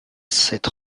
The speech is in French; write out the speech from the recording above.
cette